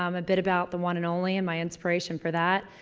um a bit about the one and only, and my inspiration for that.